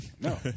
No